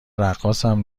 رقاصم